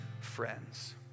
friends